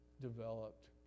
developed